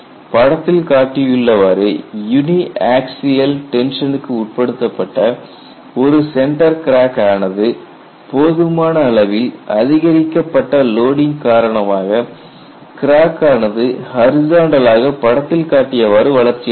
படத்தில் காட்டியுள்ளவாறு uniaxial டென்ஷனுக்கு உட்படுத்தப்பட்ட ஒரு சென்டர் கிராக் ஆனது போதுமான அளவில் அதிகரிக்கப்பட்ட லோடிங் காரணமாக கிராக் ஆனது ஹரிசாண்டல் ஆக படத்தில் காட்டியவாறு வளர்ச்சியடைகின்றது